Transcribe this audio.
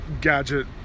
gadget